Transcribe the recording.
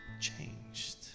changed